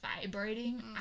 vibrating